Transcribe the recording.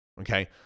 okay